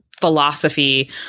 philosophy